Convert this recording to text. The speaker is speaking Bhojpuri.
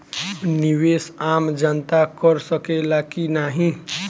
निवेस आम जनता कर सकेला की नाहीं?